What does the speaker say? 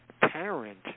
parent